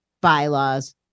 bylaws